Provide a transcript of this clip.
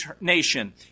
nation